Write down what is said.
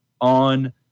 on